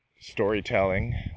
storytelling